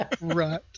Right